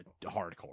hardcore